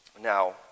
Now